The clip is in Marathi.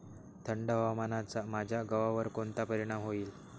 थंड हवामानाचा माझ्या गव्हावर कोणता परिणाम होईल?